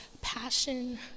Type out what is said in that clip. passion